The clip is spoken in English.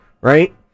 right